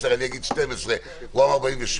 בסדר, הבנתי.